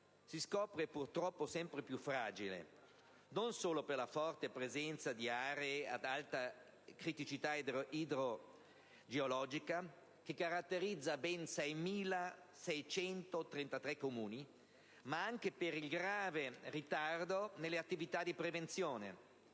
si scopre purtroppo sempre più fragile, non solo per la forte presenza di aree ad alta criticità idrogeologica - condizione che caratterizza ben 6633 comuni - ma anche per il grave ritardo nelle attività di prevenzione.